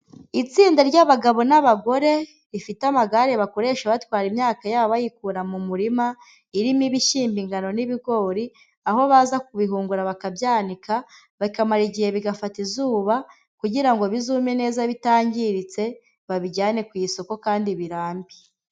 Itsinda ry'abagabo n'abagore, rifite amagare bakoresha batwara imyaka yabo bayikura mu murima, irimo ibishyimbo, ingano n'ibigori, aho baza kubihungura bakabyanika, bikamara igihe bigafata izuba, kugira ngo bizume neza bitangiritse, babijyane ku isoko kandi birambe.